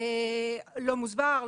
לא מוסבר,